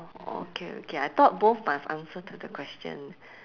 okay okay I thought both must answer to the question